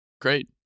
great